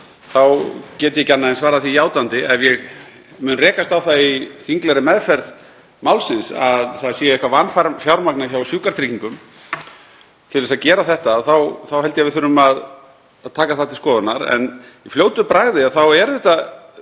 þá get ég ekki annað en svarað því játandi. Ef ég mun rekast á það í þinglegri meðferð málsins að það sé eitthvað vanfjármagnað hjá Sjúkratryggingum til að gera þetta þá held ég að við þurfum að taka það til skoðunar. En í fljótu bragði er þetta